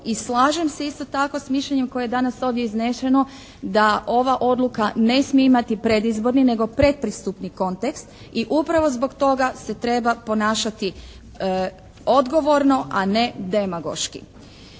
I slažem se isto tako s mišljenjem koje je danas ovdje iznešeno, da ova odluka ne smije imati predizborni nego pretpristupni kontekst i upravo zbog toga se treba ponašati odgovorno a ne demagoški.